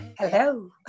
Hello